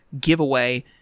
giveaway